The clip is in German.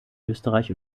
österreich